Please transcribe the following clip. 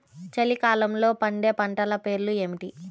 చలికాలంలో పండే పంటల పేర్లు ఏమిటీ?